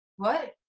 what?